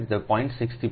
6 થી 0